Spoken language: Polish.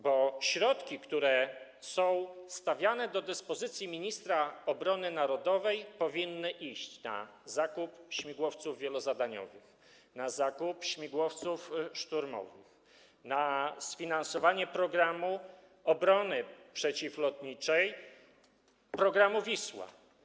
Bo środki, które są stawiane do dyspozycji ministra obrony narodowej, powinny iść na zakup śmigłowców wielozadaniowych, na zakup śmigłowców szturmowych, na sfinansowanie programu obrony przeciwlotniczej, programu „Wisła”